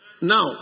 Now